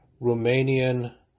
Romanian